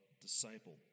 disciple